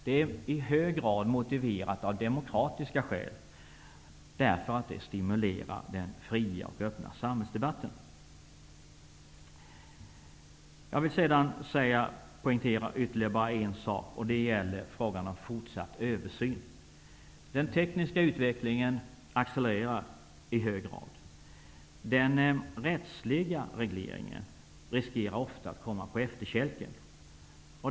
Det är i hög grad motiverat av demokratiska aspekter därför att det stimulerar den fria och öppna samhällsdebatten. Jag vill poängtera ytterligare en sak, och det gäller frågan om fortsatt översyn. Den tekniska utvecklingen accelererar i hög grad. Den rättsliga regleringen riskerar ofta att komma på efterkälken.